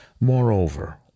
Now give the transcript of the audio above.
Moreover